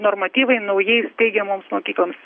normatyvai naujai steigiamoms mokykloms